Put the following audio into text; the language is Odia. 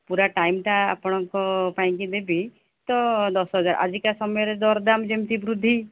ପୁରା ଟାଇମ୍ଟା ଆପଣଙ୍କ ପାଇଁକି ଦେବି ତ ଦଶ ହଜାର ଆଜିକା ସମୟରେ ଦରଦାମ୍ ଯେମିତି ବୃଦ୍ଧି